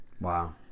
Wow